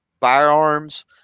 firearms